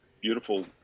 beautiful